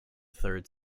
third